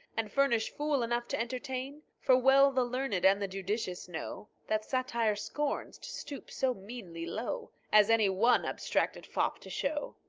and furnish fool enough to entertain. for well the learned and the judicious know, that satire scorns to stoop so meanly low, as any one abstracted fop to show.